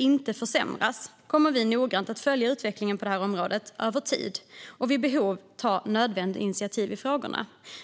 inte försämras kommer vi att noggrant följa utvecklingen på det här området över tid och vid behov ta nödvändiga initiativ i frågan.